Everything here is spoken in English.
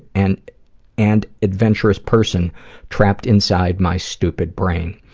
and and adventurous person trapped inside my stupid brain.